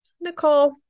Nicole